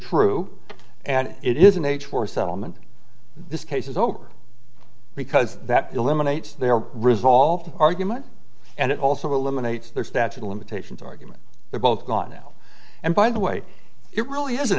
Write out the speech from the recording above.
true and it is an age for settlement this case is over because that eliminates their resolved argument and it also eliminates their statute of limitations argument they're both gone now and by the way it really isn't